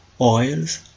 oils